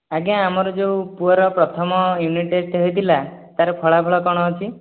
ଆଜ୍ଞା ଆମର ଯେଉଁ ପୁଅର ପ୍ରଥମ ୟୁନିଟ୍ ଟେଷ୍ଟ୍ ହୋଇଥିଲା ତା'ର ଫଳାଫଳ କ'ଣ ଅଛି